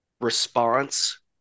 response